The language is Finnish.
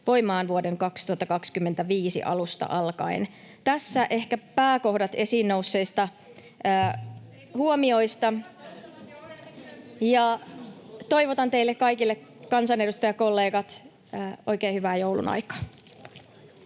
voimaan vuoden 2025 alusta alkaen. Tässä ehkä pääkohdat esiin nousseista huomioista. Toivotan teille kaikille, kansanedustajakollegat, oikein hyvää joulun aikaa.